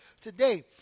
today